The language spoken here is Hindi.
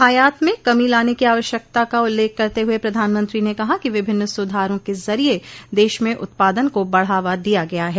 आयात में कमी लाने की आवश्यकता का उल्लेख करते हुए प्रधानमंत्री ने कहा कि विभिन्न सुधारों के जरिए देश में उत्पादन को बढावा दिया गया है